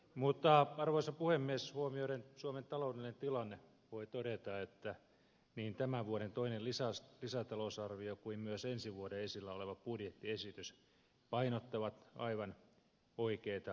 mutta arvoisa puhemies huomioiden suomen taloudellinen tilanne voi todeta että niin tämän vuoden toinen lisätalousarvio kuin myös ensi vuoden esillä oleva budjettiesitys painottavat aivan oikeita asioita